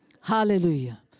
Hallelujah